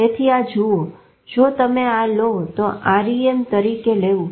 તેથી આ જુઓ જો તમે આ લો તો REM તરીકે લેવું